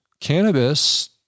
Cannabis